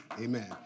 Amen